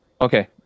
Okay